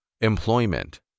Employment